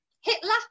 Hitler